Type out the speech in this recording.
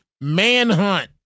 manhunt